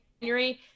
january